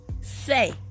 say